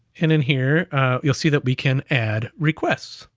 and in here you'll see that we can add requests.